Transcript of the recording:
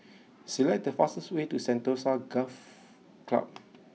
select the fastest way to Sentosa Golf Club